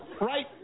right